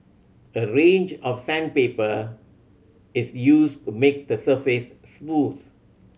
a range of sandpaper is used to make the surface smooth